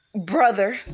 brother